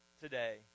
Today